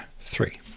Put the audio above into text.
three